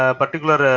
particular